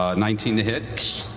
ah nineteen to hit.